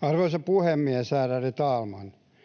Arvoisa puhemies, ärade talman!